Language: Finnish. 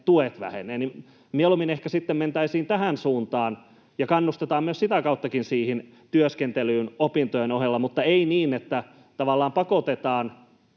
tuet vähenevät? Mieluummin ehkä sitten mentäisiin tähän suuntaan ja kannustetaan myös sitä kautta siihen työskentelyyn opintojen ohella, mutta ei niin, että tavallaan pakotetaan